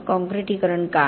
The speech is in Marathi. मग काँक्रीटीकरण का